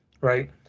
right